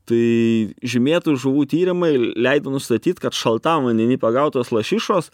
tai žymėtų žuvų tyrimai ir leido nustatyti kad šaltam vandeny pagautos lašišos